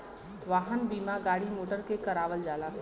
वाहन बीमा गाड़ी मोटर के करावल जाला